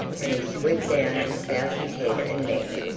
and he swooped down to souse his head and neck.